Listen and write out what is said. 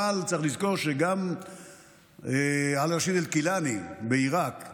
צריך לזכור שגם רשיד עאלי אל-כילאני בעיראק,